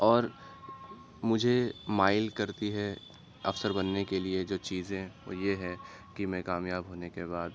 اور مجھے مائل کرتی ہے افسر بننے کے لیے جو چیزیں وہ یہ ہے کہ میں کامیاب ہونے کے بعد